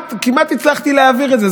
כמעט הצלחתי להעביר את זה.